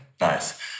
nice